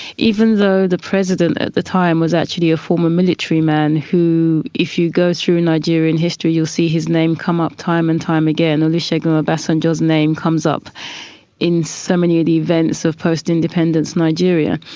even though the president at the time was actually a former military man who, if you go through nigerian history, you'll see his name come up time and time again olusegun obasanjo's name comes up in so many of the events of post-independence nigeria.